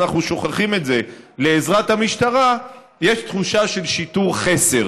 אנחנו שוכחים את זה, יש תחושה של שיטור חסר.